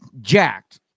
jacked